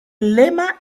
lema